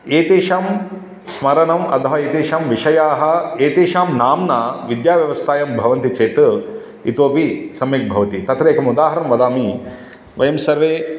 एतेषां स्मरणम् अथवा एतेषाम् विषयाः एतेषां नाम्ना विद्या व्यवस्थायां भवन्ति चेत् इतोऽपि सम्यग् भवति तत्र एकम् उदाहरणं वदामि वयं सर्वे